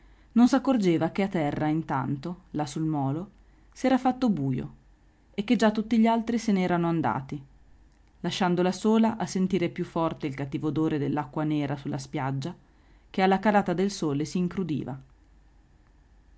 non s'accorgeva che a terra intanto là sul molo s'era fatto bujo e che già tutti gli altri se n'erano andati lasciandola sola a sentire più forte il cattivo odore dell'acqua nera sulla spiaggia che alla calata del sole s'incrudiva